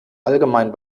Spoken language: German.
allgemein